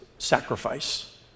Sacrifice